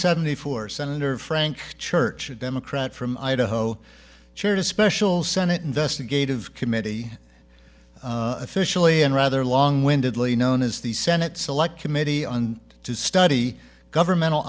seventy four senator frank church a democrat from idaho chaired a special senate investigative committee officially in a rather long winded lee known as the senate select committee and to study governmental